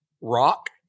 rock